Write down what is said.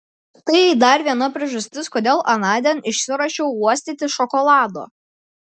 tai dar viena priežastis kodėl anądien išsiruošiau uostyti šokolado